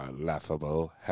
laughable